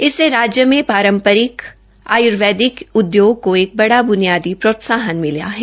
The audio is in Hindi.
इससे राज्य में पारंपरिक आय्र्वेदिक उद्योग को एक बड़ा ब्नियादी प्रोत्साहन मिला है